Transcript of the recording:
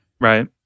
Right